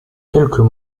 quelques